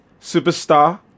superstar